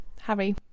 Harry